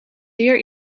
zeer